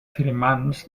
firmants